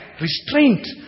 restraint